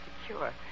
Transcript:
secure